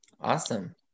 awesome